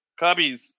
cubbies